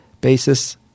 basis